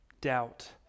doubt